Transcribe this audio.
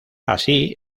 así